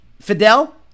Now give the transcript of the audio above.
Fidel